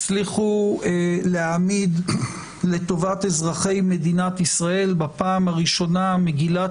הצליחו להעמיד לטובת אזרחי מדינת ישראל בפעם הראשונה מגילת